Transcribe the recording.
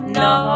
no